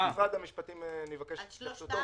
אבקש ממשרד המשפטים --- על שלושתם,